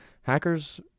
hackers